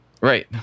right